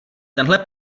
tenhle